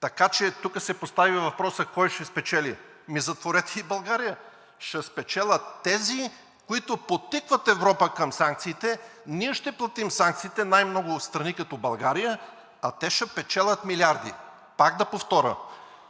Така че тук се постави въпросът кой ще спечели? Ами затворете и България. Ще спечелят тези, които подтикват Европа към санкциите, ние ще платим санкциите – най-много страни като България, а те ще печелят милиарди. Пак да повторя: